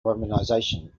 romanization